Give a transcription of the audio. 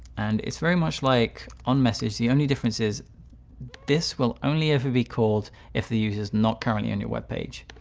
and it's very much like on message. the only difference is this will only ever be called if the user is not currently on your web page.